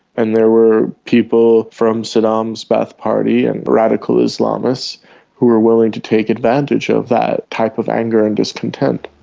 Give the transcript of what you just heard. and there were people from saddam's ba'ath party and radical islamists who were willing to take advantage of that type of anger and discontent.